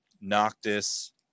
Noctis